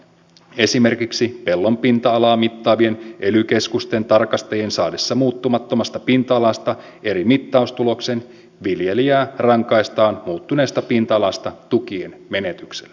esimerkiksi pellon pinta alaa mittaavien ely keskusten tarkastajien saadessa muuttumattomasta pinta alasta eri mittaustuloksen viljelijää rankaistaan muuttuneesta pinta alasta tukien menetyksellä